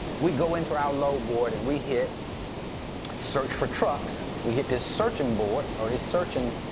we go into our load board and we hit search for trucks. we hit this searching board or this searching